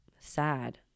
sad